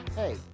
hey